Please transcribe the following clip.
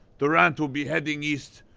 durant will be heading east,